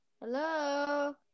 Hello